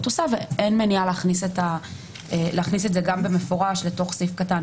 עושה ואין מניעה להכניס את זה במפורש לסעיף קטן